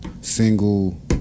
single